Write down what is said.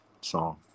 song